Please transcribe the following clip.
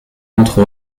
entre